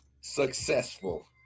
successful